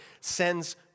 sends